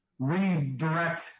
redirect